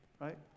right